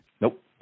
Nope